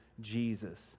Jesus